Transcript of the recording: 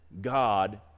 God